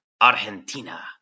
Argentina